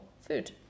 food